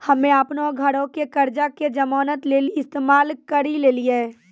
हम्मे अपनो घरो के कर्जा के जमानत लेली इस्तेमाल करि लेलियै